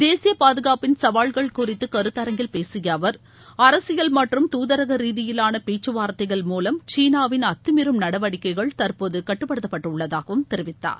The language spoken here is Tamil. தேசிய பாதுகாப்பின் சவால்கள் குறித்து கருத்தரங்கில் பேசிய அவர் அரசியல் மற்றும் தூதரக ரீதியிலான பேச்சுவார்த்தைகள் சீனாவின் அத்தமீறும் நடவடிக்கைகள் மூலம் தற்போது கட்டுப்படுத்தப்பட்டுள்ளதாகவும் தெரிவித்தார்